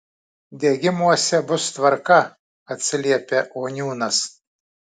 degimuose bus tvarka atsiliepia oniūnas